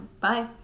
Bye